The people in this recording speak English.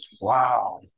Wow